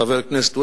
חבר הכנסת והבה,